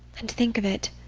and, think of it,